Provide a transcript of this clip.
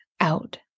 out